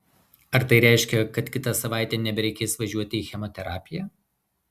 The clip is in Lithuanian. ar tai reiškia kad kitą savaitę nebereikės važiuoti į chemoterapiją